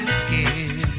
skin